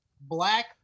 black